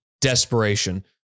desperation